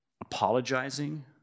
Apologizing